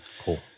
Cool